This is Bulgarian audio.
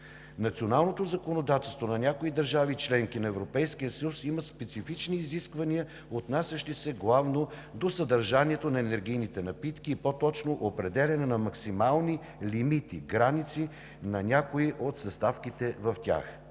националното законодателство на някои държави – членки на Европейския съюз, има специфични изисквания, отнасящи се главно до съдържанието на енергийните напитки, и по-точно определяне на максимални лимити – граници на някои от съставките в тях.